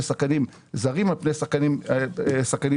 שחקנים זרים על פני שחקנים ישראלים.